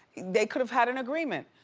they could've had an agreement.